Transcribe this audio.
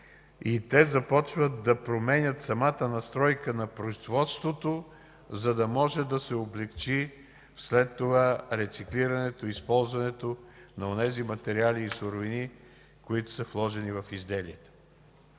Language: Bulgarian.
те започват да променят самата настройка на производството, за да може да се облекчи след това рециклирането и използването на онези материали и суровини, които са вложени в изделието.